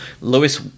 Lewis